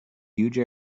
huge